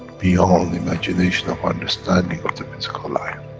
beyond imagination of understanding of the physical life.